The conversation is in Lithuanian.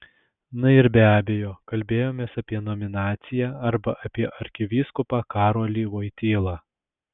na ir be abejo kalbėjomės apie nominaciją arba apie arkivyskupą karolį voitylą